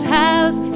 house